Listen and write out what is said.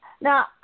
Now